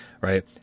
right